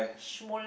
smol